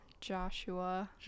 Joshua